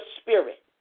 spirit